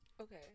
Okay